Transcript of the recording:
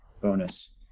bonus